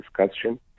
discussion